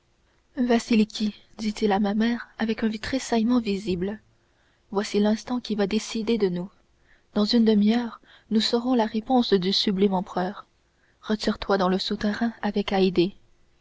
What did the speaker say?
pistolets vasiliki dit-il à ma mère avec un tressaillement visible voici l'instant qui va décider de nous dans une demi-heure nous saurons la réponse du sublime empereur retire-toi dans le souterrain avec